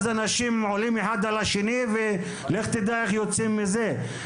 אז אנשים עולים אחד על השני ולך תדע איך יוצאים מזה.